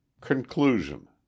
Conclusion